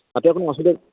ᱟᱯᱮᱭᱟᱜ ᱠᱚᱱᱚ ᱮᱴᱠᱮᱴᱚᱲᱮ